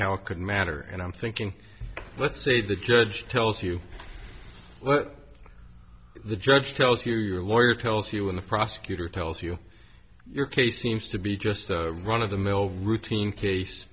it could matter and i'm thinking let's say the judge tells you the judge tells you your lawyer tells you when the prosecutor tells you your case seems to be just run of the mill routine